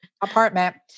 apartment